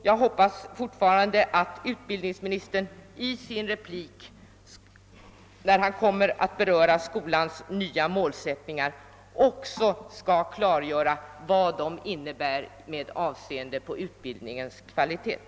Jag hoppas fortfarande att utbildningsministern när han i sinom tid kommer att beröra skolans nya målsätlning också skall klargöra sin egen syn på vad den innebär med avseende på utbildningens kvalitet.